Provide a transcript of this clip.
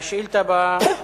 השאילתא הבאה,